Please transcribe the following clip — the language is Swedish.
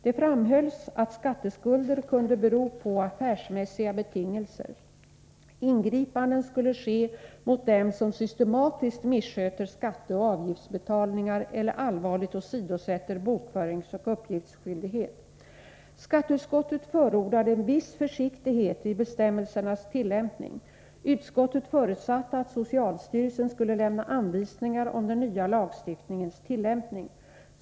Det framhölls att skatteskulder kunde bero på affärsmässiga betingelser. Ingripanden skulle ske mot dem som systematiskt missköter skatteoch avgiftsbetalningar eller allvarligt åsidosätter bokföringseller uppgiftsskyldighet. Skatteutskottet förordade en viss försiktighet vid bestämmelsernas till lämpning. Utskottet förutsatte att socialstyrelsen skulle lämna anvisningar om den nya lagstiftningens tillämpning .